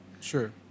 sure